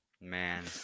Man